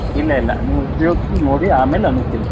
ಇಲ್ಲ ಇಲ್ಲ ನೀವು ಉಪಯೋಗ್ಸಿ ನೋಡಿ ಆಮೇಲೆ ನಮಗೆ ತಿಳಿಸಿ